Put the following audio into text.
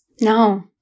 No